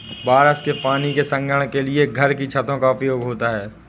बारिश के पानी के संग्रहण के लिए घर की छतों का उपयोग होता है